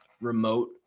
remote